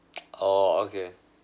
oh okay